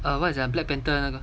oh what's that ah black panther